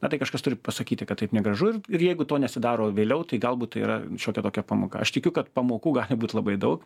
na tai kažkas turi pasakyti kad taip negražu ir ir jeigu to nesidaro vėliau tai galbūt tai yra šiokia tokia pamoka aš tikiu kad pamokų gali būt labai daug